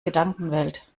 gedankenwelt